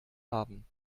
haben